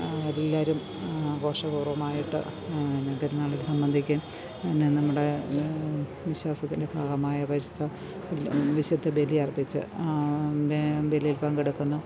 എല്ലാവരും ആഘോഷപൂർവ്വമായിട്ട് എന്നാ പെരുന്നാളിൽ സംബന്ധിക്കും പിന്നെ നമ്മുടെ വിശ്വാസത്തിൻ്റെ ഭാഗമായ ക്രൈസ്തർ വിശുദ്ധ ബലിയർപ്പിച്ച് ബലിയിൽ പങ്കെടുക്കുന്നു